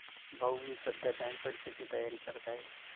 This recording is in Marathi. भाऊ मी सध्या बँक परीक्षेची तयारी करत आहे